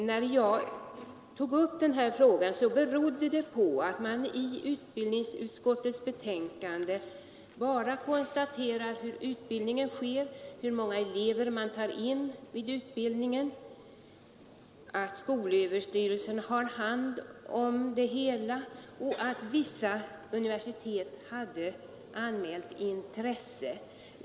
När jag tog upp denna fråga berodde det på att man i utbildningsutskottets betänkande bara konstaterade hur utbildningen sker, hur många elever som tas in vid utbildningen, att skolöverstyrelsen har hand om det hela och att vissa universitet har anmält intresse.